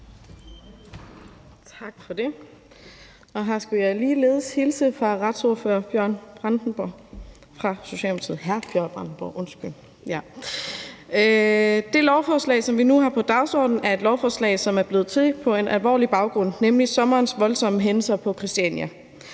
her skal jeg ligeledes hilse fra retsordfører hr. Bjørn Brandenborg fra Socialdemokratiet. Det lovforslag, som vi nu har på dagsordenen, er et lovforslag, som er blevet til på en alvorlig baggrund, nemlig sommerens voldsomme hændelser på Christiania.